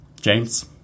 james